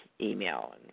email